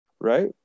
Right